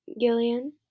Gillian